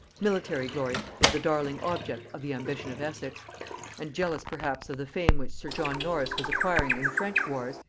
military glory was the darling object of the ambition of essex and jealous perhaps of the fame which sir john norris was acquiring in the french wars,